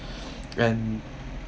and